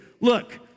Look